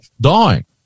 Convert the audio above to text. dying